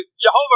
Jehovah